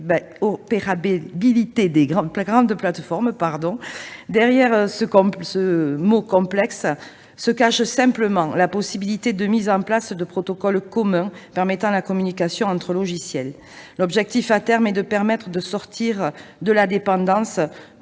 des grandes plateformes. Derrière ce mot complexe, se cache simplement la possibilité de mise en place de protocoles communs, permettant la communication entre logiciels. L'objectif à terme est d'arriver à faire sortir certains